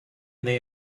they